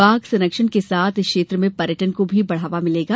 बाघ संरक्षण के साथ इस क्षेत्र में पर्यटन को भी बढ़ावा मिलेगा